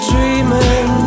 Dreaming